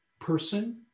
person